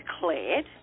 declared